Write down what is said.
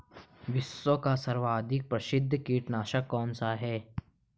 विश्व का सर्वाधिक प्रसिद्ध कीटनाशक कौन सा है?